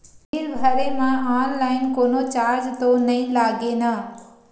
Bill भरे मा online कोनो चार्ज तो नई लागे ना?